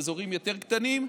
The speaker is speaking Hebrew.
שזה אזורים יותר קטנים,